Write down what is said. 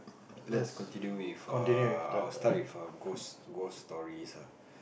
let's continue with uh our study for ghost ghost stories ah